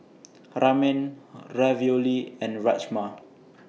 Ramen Ravioli and Rajma